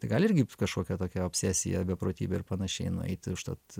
tai gal irgi kažkokia tokia obsesija beprotybė ir panašiai nueiti užtat